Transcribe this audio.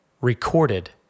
recorded